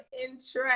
interest